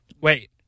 Wait